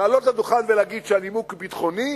לעלות לדוכן ולהגיד שהנימוק הוא ביטחוני,